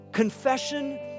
Confession